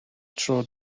tro